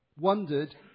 wondered